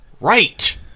right